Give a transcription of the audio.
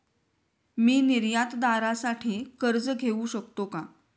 मी निर्यातदारासाठी कर्ज घेऊ शकतो का?